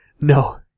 No